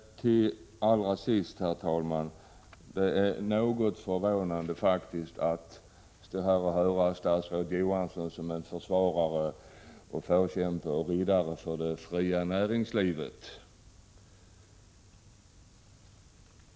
Allra sist, herr talman. Det är faktiskt något förvånande att stå här och höra statsrådet Johansson som en försvarare och förkämpe m.m. för det fria näringslivet.